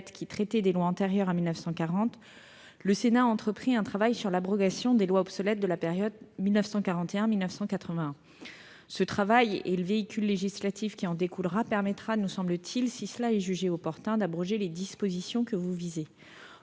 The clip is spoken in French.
qui traitait des lois antérieures à 1940, le Sénat a entrepris un travail sur l'abrogation des lois obsolètes de la période 1941-1981. Ce travail et le véhicule législatif qui en découlera permettront, si cela est jugé opportun, d'abroger les dispositions que vous visez.